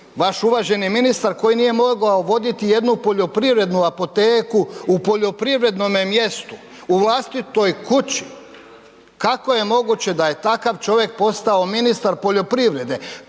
vaš uvaženi ministar koji nije mogao voditi jednu poljoprivredu apoteku u poljoprivrednom mjestu u vlastitoj kući? Kako je moguće da je takav čovjek postao ministar poljoprivrede?